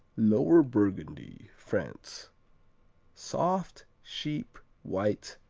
lower burgundy, france soft sheep white,